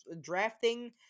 drafting